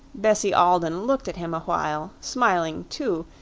bessie alden looked at him a while, smiling, too,